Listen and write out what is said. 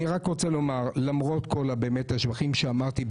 אני רוצה לומר, למרות כל השבחים שאמרתי.